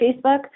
Facebook